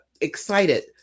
excited